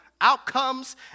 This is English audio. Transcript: outcomes